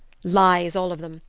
lies all of them,